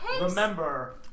Remember